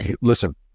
listen